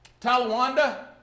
Talawanda